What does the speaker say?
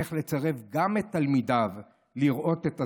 איך לצרף גם את תלמידיו לראות את הזוועה.